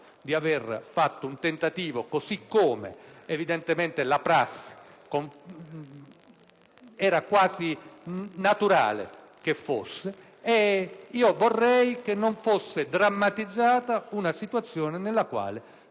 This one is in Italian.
di aver fatto un tentativo, così come evidentemente da prassi era quasi naturale che fosse, ma non vorrei fosse drammatizzata una situazione nella quale